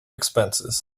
expenses